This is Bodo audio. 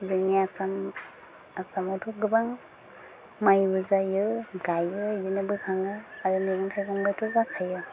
जोंनि आसाम आसामावथ' गोबां मायबो जायो गायो बिदिनो बोखाङो आरो मैगं थाइगंबोथ' जाखायो